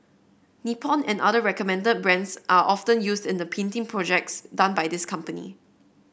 Nippon and other recommended brands are often used in the painting projects done by this company